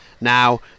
Now